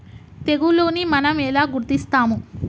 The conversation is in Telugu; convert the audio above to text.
తెగులుని మనం ఎలా గుర్తిస్తాము?